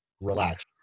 Relax